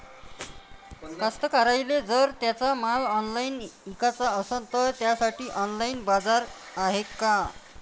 कास्तकाराइले जर त्यांचा माल ऑनलाइन इकाचा असन तर त्यासाठी ऑनलाइन बाजार हाय का?